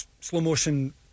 slow-motion